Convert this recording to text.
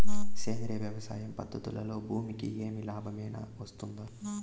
సేంద్రియ వ్యవసాయం పద్ధతులలో భూమికి ఏమి లాభమేనా వస్తుంది?